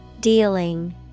Dealing